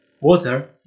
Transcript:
water